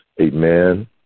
Amen